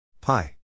pi